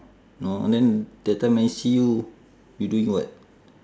no then that time I see you you doing what